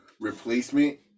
replacement